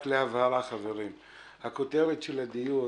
רק להבהרה: הכותרת של הדיון